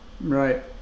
Right